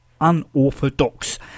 Unorthodox